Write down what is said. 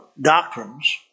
doctrines